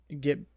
get